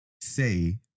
say